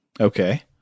Okay